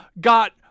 got